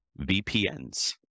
VPNs